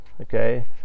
Okay